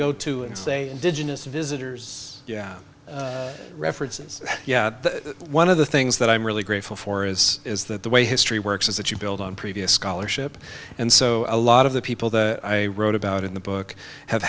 go to and say indigenous visitors references yeah one of the things that i'm really grateful for is is that the way history works is that you build on previous scholarship and so a lot of the people that i wrote about in the book ha